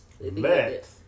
Let